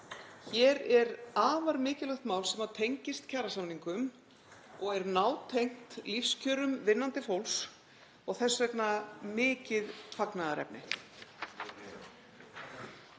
Hér er afar mikilvægt mál sem tengist kjarasamningum og er nátengt lífskjörum vinnandi fólks og þess vegna mikið fagnaðarefni.